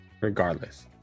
regardless